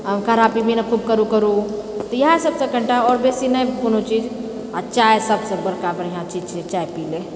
आ काढ़ा पिबही ने खूब करू करू तऽ इहए सबसँ कनीटा आओर बेसी नहि कोनो चीज आ चाय सबसँ बड़का बढ़िआँ चीज छियै चाय पी ले